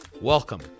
welcome